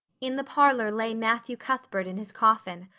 in the parlor lay matthew cuthbert in his coffin,